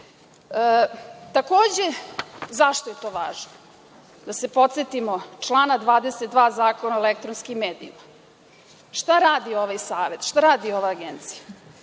interes. Takođe, zašto je to važno? Da se podsetimo člana 22. Zakona o elektronskim medijama. Šta radi ovaj savet? Šta radi ova agencija?